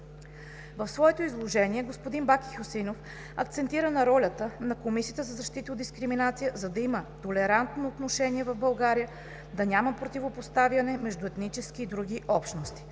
В своето изложение Баки Хюсеинов акцентира на ролята на Комисията за защита от дискриминация, за да има толерантно отношение в България, да няма противопоставяне между етнически и други общности.